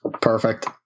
Perfect